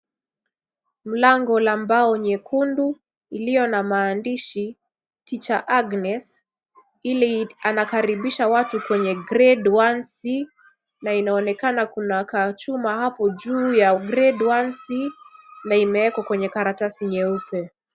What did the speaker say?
Mlango la mbao nyekundu ilio na maandishi teacher Agnes, ili anakaribisha watu kwenye grade one c na inaonekana kuna kuna kachuma hapo juu ya grade one c na imewekwa kwenye karatasi nyeupe.